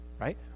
right